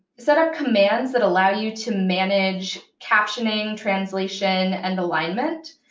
set up commands that allow you to manage captioning, translation, and alignment.